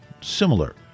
similar